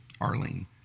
Arlene